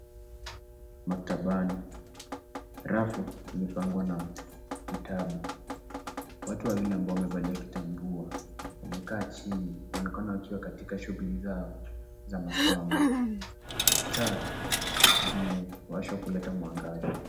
Maktabani, rafu zimepangwa na vitabu. Watu wawili ambao wamevalia kitambua wamekaa chini, wanaonekana wakiwa katika shughuli zao za masomo. Taa zimewashwa kuleta mwangaza.